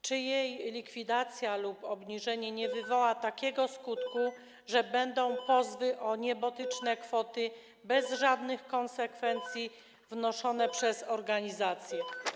Czy jej likwidacja lub obniżenie nie wywoła takiego skutku, że będą pozwy o niebotyczne kwoty bez żadnych konsekwencji wnoszone przez organizacje?